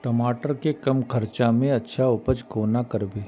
टमाटर के कम खर्चा में अच्छा उपज कोना करबे?